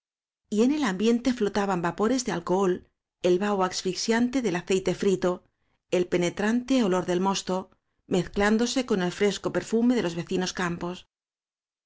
y en el ambiente flotaban va pores de alcohol el vaho asfixiante del aceite frito el penetrante olor del mosto mezclán dose con el fresco perfume de los vecinos campos